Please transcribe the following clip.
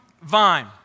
vine